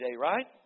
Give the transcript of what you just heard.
right